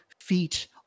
feet